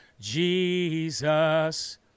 Jesus